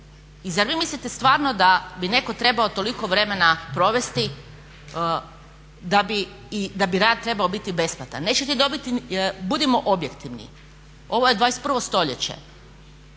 I zar vi mislite stvarno da bi netko trebao toliko vremena provesti i da bi rad trebao biti besplatan. Nećete dobiti, budimo objektivni. Ovo je 21. stoljeće.